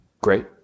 Great